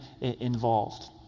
involved